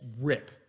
rip